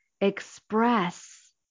express